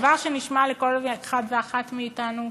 דבר שנשמע לכל אחד ואחת מאיתנו